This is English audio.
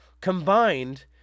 combined